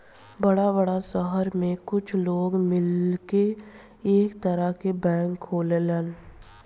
बड़ा बड़ा सहर में कुछ लोग मिलके एक तरह के बैंक खोलेलन